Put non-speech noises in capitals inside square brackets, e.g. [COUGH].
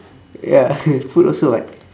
ya [NOISE] food also [what]